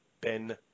Ben